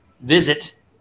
Visit